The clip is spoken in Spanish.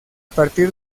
partir